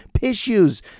Issues